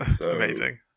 amazing